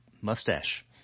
Mustache